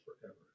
forever